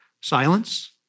Silence